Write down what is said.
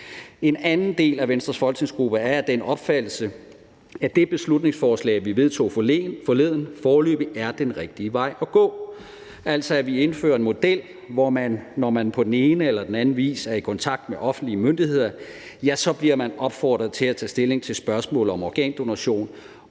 En anden del af Venstres folketingsgruppe er af den opfattelse, at det beslutningsforslag, vi vedtog forleden, foreløbig er den rigtige vej at gå, altså at vi indfører en model, hvor man, når man på den ene eller anden vis er i kontakt med offentlige myndigheder, bliver opfordret til at tage stilling til spørgsmålet om organdonation,